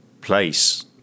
place